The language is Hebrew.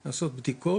כדי לעשות בדיקות,